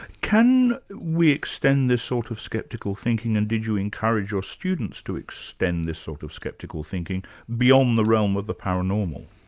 can we extend this sort of skeptical thinking and did you encourage your students to extend this sort of skeptical thinking beyond the realm of the paranormal?